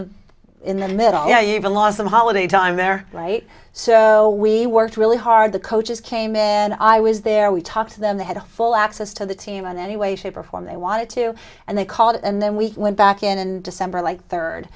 the in the middle you know even last the holiday time there right so we worked really hard the coaches came in and i was there we talked to them they had full access to the team in any way shape or form they wanted to and they called it and then we went back in december like third